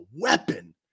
weapon